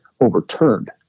overturned